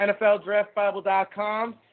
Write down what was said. NFLDraftBible.com